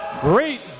great